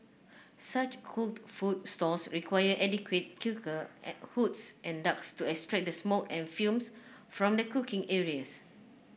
such cooked food stalls require adequate cooker hoods and ducts to extract the smoke and fumes from the cooking areas